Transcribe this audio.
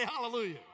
hallelujah